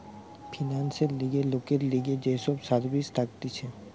ফিন্যান্সের লিগে লোকের লিগে যে সব সার্ভিস থাকতিছে